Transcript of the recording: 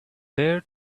there